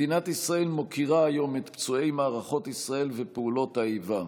מדינת ישראל מוקירה היום את פצועי מערכות ישראל ופעולות האיבה.